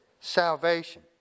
salvation